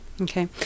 Okay